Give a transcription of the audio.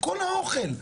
כל האוכל,